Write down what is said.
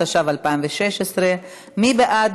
התשע"ו 2016. מי בעד?